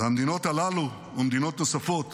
המדינות הללו ומדינות נוספות